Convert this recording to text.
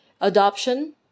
Adoption